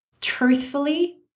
Truthfully